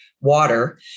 water